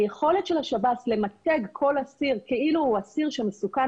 היכולת של שב"ס למתג כל אסיר כאילו הוא מסוכן